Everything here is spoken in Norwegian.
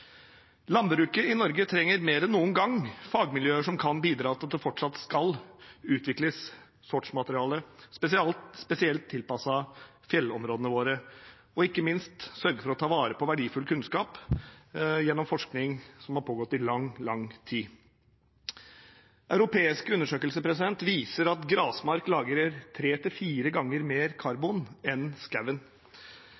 Landbruket i Norge trenger mer enn noen gang fagmiljøer som kan bidra til at det fortsatt skal utvikles sortsmateriale spesielt tilpasset fjellområdene våre, og ikke minst sørge for å ta vare på verdifull kunnskap gjennom forskning som har pågått i lang tid. Europeiske undersøkelser viser at gressmark lagrer tre til fire ganger mer